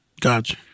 Gotcha